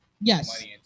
yes